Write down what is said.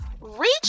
reach